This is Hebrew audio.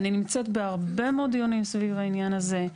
אני נמצאת בהרבה מאוד דיונים סביב העניין הזה.